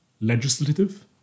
legislative